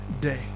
day